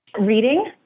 Reading